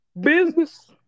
business